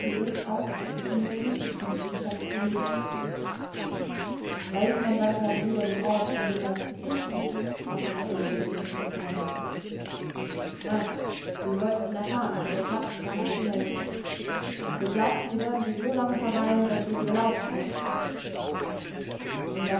roten auf mit ihm dorthin zu ziehen und den schatz zu heben weiß mein weißer bruder den ort an dem er zu finden ist fragte der älteste der vier indianer nein wir wollten ihn erfahren aber die apachen kamen zu schnell zurück wir glaubten sie würden sich so lange verweilen daß wir sie belauschen könnten